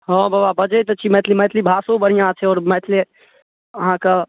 हाँ बबा बजै तऽ छी मैथिली मैथिली भाषो बढ़िआँ छै आओर मैथिले अहाँके